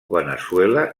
veneçuela